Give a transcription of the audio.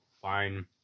fine